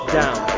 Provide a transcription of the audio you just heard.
down